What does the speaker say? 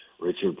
Richard